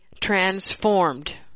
transformed